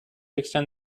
extend